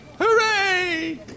hooray